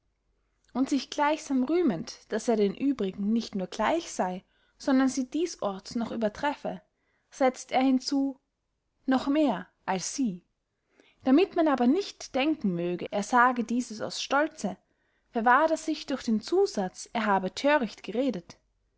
und sich gleichsam rühmend daß er den übrigen nicht nur gleich sey sondern sie diesorts noch übertreffe setzt er hinzu noch mehr als sie damit man aber nicht denken möge er sage dieses aus stolze verwahrt er sich durch den zusatz er habe thöricht geredet